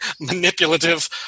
manipulative